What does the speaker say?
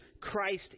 Christ